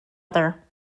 other